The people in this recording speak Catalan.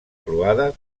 croada